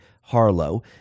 Harlow